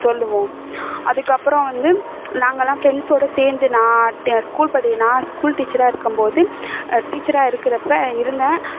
சொல்லுவோம் அதுக்கப்புறம் வந்து நாங்கள்லாம் ஃப்ரெண்ட்ஸோடு சேர்ந்து நான் டெ ஸ்கூல் படிக்கிற நான் ஸ்கூல் டீச்சராக இருக்கும்போது டீச்சராக இருக்கிறப்ப இருந்தேன்